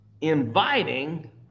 inviting